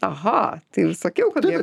aha tai ir sakiau kad jie